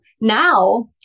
now